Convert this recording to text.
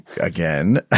again